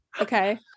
Okay